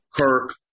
Kirk